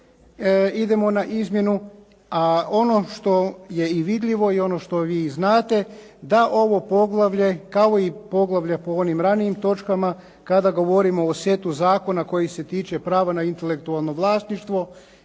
idemo na izmjenu a ono što je i vidljivo i ono što vi znate da ovo poglavlje kao i poglavlje po onim ranijim točkama kada govorimo o setu zakona koji se tiče prava na intelektualno vlasništvo